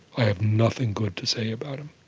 i have nothing good to say about him.